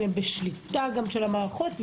בשליטה של המערכות.